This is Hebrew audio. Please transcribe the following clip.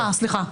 סליחה.